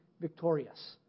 victorious